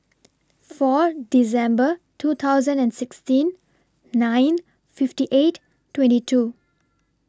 four December two thousand and sixteen nine fifty eight twenty two